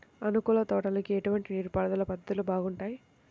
ఆకుకూరల తోటలకి ఎటువంటి నీటిపారుదల పద్ధతులు బాగుంటాయ్?